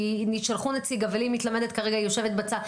כי שלחו נציג אבל היא מתלמדת כרגע ויושבת בצד.